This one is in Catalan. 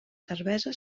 cervesa